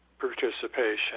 participation